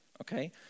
Okay